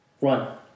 Run